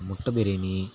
முட்டை பிரியாணி